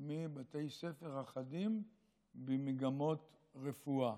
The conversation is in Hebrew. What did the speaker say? מבתי ספר אחדים במגמות רפואה.